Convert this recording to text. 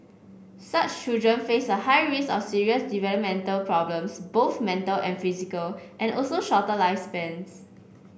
such children face a high risk of serious developmental problems both mental and physical and also shorter lifespans